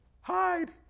hide